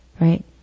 right